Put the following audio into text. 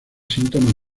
síntomas